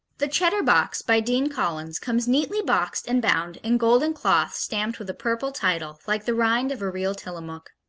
the cheddar box, by dean collins, comes neatly boxed and bound in golden cloth stamped with a purple title, like the rind of a real tillamook.